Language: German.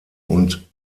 und